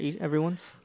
Everyone's